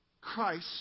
Christ